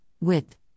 Width